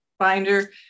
binder